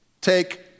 take